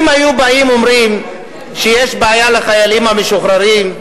אם היו באים ואומרים שיש בעיה לחיילים המשוחררים,